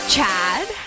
Chad